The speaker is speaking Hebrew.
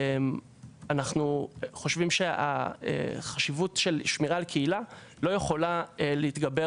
אנחנו חושבים שהחשיבות של שמירה על קהילה לא יכולה להתגבר